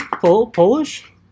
Polish